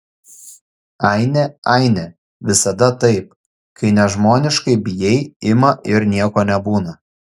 aine aine visada taip kai nežmoniškai bijai ima ir nieko nebūna